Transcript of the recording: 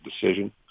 decision